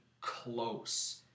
close